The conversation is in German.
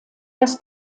das